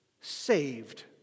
saved